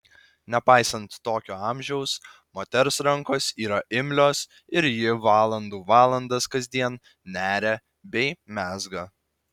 nepaisant tokio amžiaus moters rankos yra imlios ir ji valandų valandas kasdien neria bei mezga